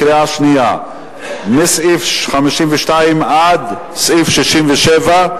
עכשיו בקריאה שנייה מסעיף 52 עד סעיף 67,